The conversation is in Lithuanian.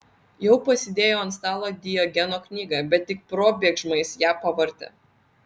jau pasidėjo ant stalo diogeno knygą bet tik probėgšmais ją pavartė